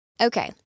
Okay